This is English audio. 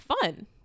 fun